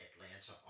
Atlanta